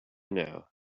now